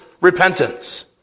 repentance